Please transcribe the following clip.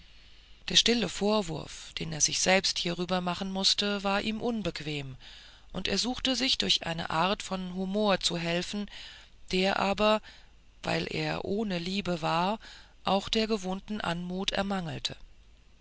der stille vorwurf den er sich selbst hierüber machen mußte war ihm unbequem und er suchte sich durch eine art von humor zu helfen der aber weil er ohne liebe war auch der gewohnten anmut ermangelte